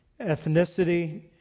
ethnicity